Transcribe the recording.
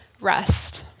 rest